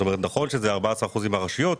נכון שאלה 14% מהרשויות,